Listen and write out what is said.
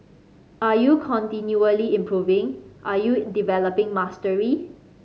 are you continually improving are you developing mastery